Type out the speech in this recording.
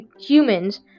humans